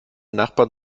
nachbarn